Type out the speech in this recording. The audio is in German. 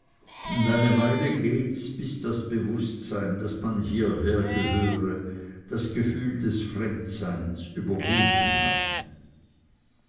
und eine weile gehts bis das bewußtsein daß man hierher gehöre das gefühl des fremdseins überwunden hat